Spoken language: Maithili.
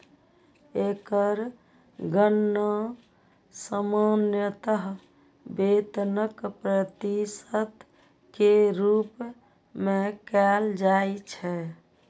एकर गणना सामान्यतः वेतनक प्रतिशत के रूप मे कैल जाइ छै